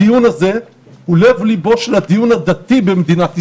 הדיון הזה הוא לב ליבו של הדיון הדתי במדינת ישראל,